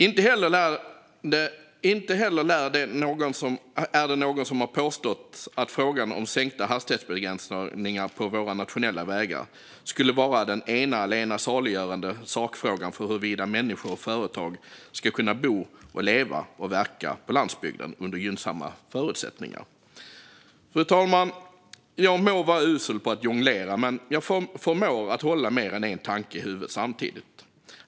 Inte heller är det någon som påstått att frågan om sänkta hastighetsbegränsningar på våra nationella vägar skulle vara den allena saliggörande sakfrågan för huruvida människor och företag ska kunna leva, bo och verka på landsbygden under gynnsamma förutsättningar. Fru talman! Jag må vara usel på att jonglera, men jag förmår att hålla mer än en tanke i huvudet samtidigt.